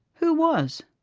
who was?